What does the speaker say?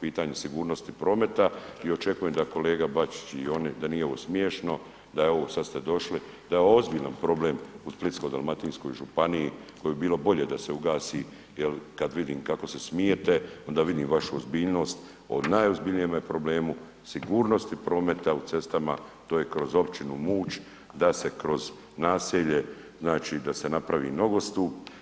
pitanju sigurnosti prometa i očekujem da kolega Bačić i oni, da nije ovo smiješno, da je ovo, sad ste došli, da je ovo ozbiljan problem u Splitsko-dalmatinskoj županiji koji bi bilo bolje da se ugasi jer kad vidim kako se smijete onda vidim vašu ozbiljnost o najozbiljnijemu problemu, sigurnosti prometa u cestama to je kroz općinu Muć da se kroz naselje, znači da se napravi nogostup.